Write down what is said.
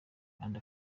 kandi